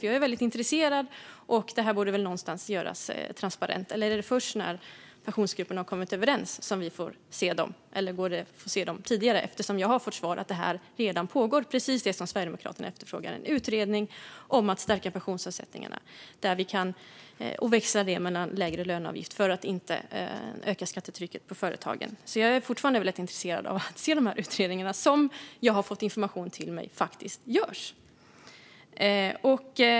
Jag är väldigt intresserad. Det borde väl någonstans göras transparent. Är det först när Pensionsgruppen har kommit överens som vi får se dem, eller går det att få se dem tidigare? Jag har fått till svar att precis det som Sverigedemokraterna efterfrågar redan pågår. Det är en utredning som att stärka pensionsavsättningarna och att växla det med lägre löneavgift för att inte öka skattetrycket på företagen. Jag är fortfarande väldigt intresserad av att se de utredningar som jag har fått information om faktiskt görs.